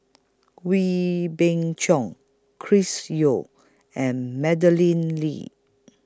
Wee Beng Chong Chris Yeo and Madeleine Lee